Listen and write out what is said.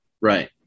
Right